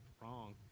wrong